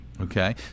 Okay